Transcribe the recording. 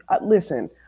listen